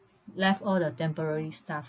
left all the temporary staff